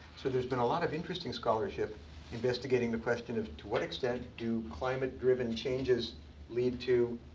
so there's been a lot of interesting scholarship investigating the question of, to what extent do climate driven changes lead to